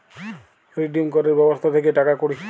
redeem ক্যরের ব্যবস্থা থাক্যে টাকা কুড়ি